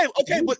okay